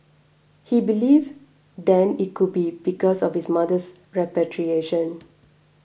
he believed then it could be because of his mother's repatriation